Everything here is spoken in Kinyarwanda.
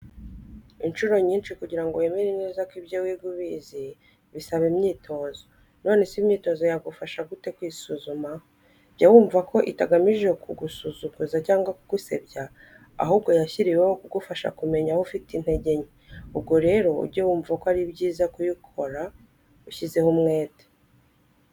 Incuro nyinshi kugira ngo wemere neza ko ibyo wiga ubizi bisaba imyitozo. Nonese imyitozo yagufasha gute kwisuzuma? Jya wumva ko itagamije kugusuzuguza cyangwa ku gusebya, ahubwo yashyiriweho kugufasha kumenya aho ufite intege nke. Ubwo rero ujye wumva ko ari byiza kuyikora ushyizeho umwete.